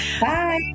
Bye